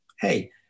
hey